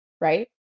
right